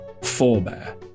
forebear